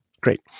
Great